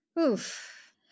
oof